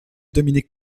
dominique